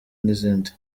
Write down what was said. n’izindi